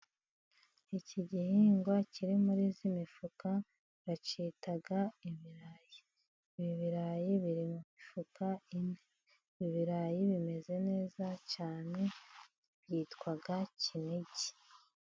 Iki gihingwa kiri muri iyi mifuka bacyita ibirayi. Ibi birayi biri mu mifuka ine. Ibi birayi bimeze neza cyane. Byitwa Kinigi.